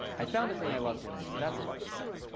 i found the thing i love doing. so that's a lucky thing.